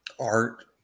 art